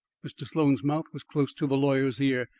mr. sloan's mouth was close to the lawyer's ear.